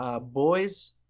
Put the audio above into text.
Boys